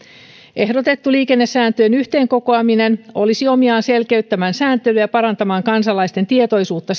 ehdotettu liikennesääntöjen yhteen kokoaminen olisi omiaan selkeyttämään sääntelyä ja parantamaan kansalaisten tietoisuutta